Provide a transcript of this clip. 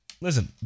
Listen